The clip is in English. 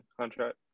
contract